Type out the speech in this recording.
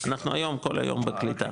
אנחנו היום כל היום בקליטה.